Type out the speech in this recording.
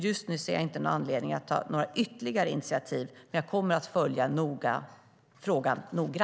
Just nu ser jag inte någon anledning att ta några ytterligare initiativ, men jag kommer att följa frågan noga.